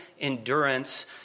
endurance